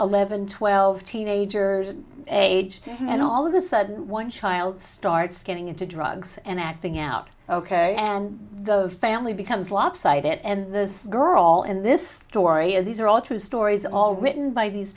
eleven twelve teenagers age and all of a sudden one child starts getting into drugs and acting out ok and the family becomes lopsided and this girl and this story is these are all true stories all written by these